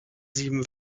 sieben